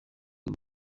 uru